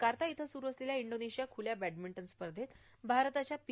Jakarta इथं स्रू असलेल्या इंडोनेशिया खुल्या बॅडमिंटन स्पर्धेत भारताच्या पी